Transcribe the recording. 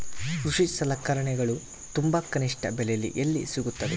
ಕೃಷಿ ಸಲಕರಣಿಗಳು ತುಂಬಾ ಕನಿಷ್ಠ ಬೆಲೆಯಲ್ಲಿ ಎಲ್ಲಿ ಸಿಗುತ್ತವೆ?